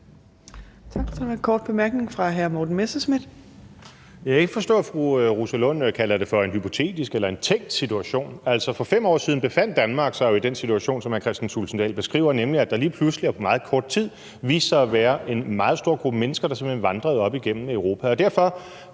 Morten Messerschmidt (DF): Jeg kan ikke forstå, at fru Rosa Lund kalder det for en hypotetisk eller en tænkt situation. Altså, for 5 år siden befandt Danmark sig jo i den situation, som hr. Kristian Thulesen Dahl beskriver, nemlig at der lige pludselig og på meget kort tid viste sig at være en meget stor gruppe mennesker, der simpelt hen vandrede op igennem Europa.